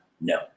no